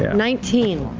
nineteen.